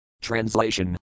Translation